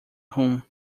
rum